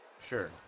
Sure